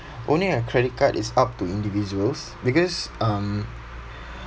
owning a credit card is up to individuals because um